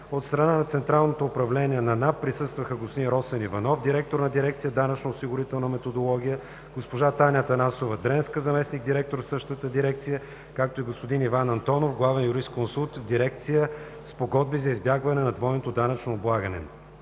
От страна на Централното управление на НАП присъстваха господин Росен Иванов – директор на дирекция „Данъчно-осигурителна методология“, госпожа Таня Атанасова-Дренска – заместник-директор в същата дирекция, както и господин Иван Антонов – главен юрисконсулт в дирекция „Спогодби за избягване на двойното данъчно облагане“.